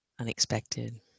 unexpected